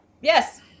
Yes